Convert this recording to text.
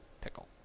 pickle